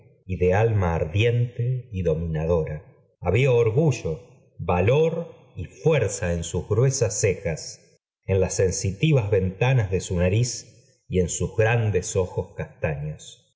de alma ardiente y dominadora había orgullo valor y fuerza en sub gruesas cejas en las sensitivas ventanas de su nariz y en sus grandes ojos castaños